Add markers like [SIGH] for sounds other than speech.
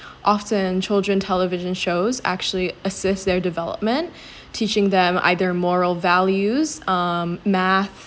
[BREATH] often children television shows actually assist their development [BREATH] teaching them either moral values um math